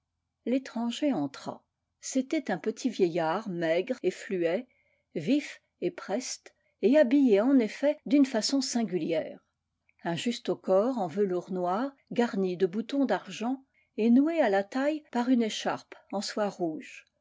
l'étranger entra c'était un petit vieillard maigre et fluet vif et preste et habillé en effet d'une façon singulière un justaucorps en velours noir garni de boutons d'argent et noué à la taille par une écharpe en soie rouge